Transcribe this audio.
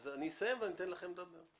אז אני אסיים ואתן לכם לדבר.